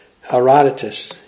Herodotus